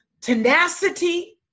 tenacity